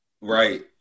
Right